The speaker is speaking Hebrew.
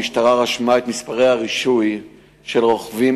המשטרה רשמה את מספרי הרישוי של רוכבים